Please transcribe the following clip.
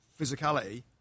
physicality